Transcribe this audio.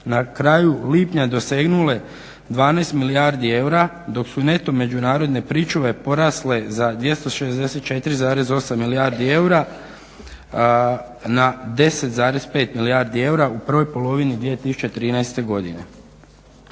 na kraju lipnja dosegnule 12 milijardi eura dok su neto međunarodne pričuve porasle za 264,8 milijardi eura na 10,5 milijardi eura u prvoj polovni 2013.godine.